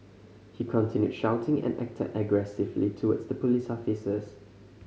he continued shouting and acted aggressively towards the police officers